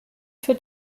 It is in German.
für